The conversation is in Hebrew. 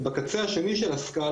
בקצה השני של הסכלה,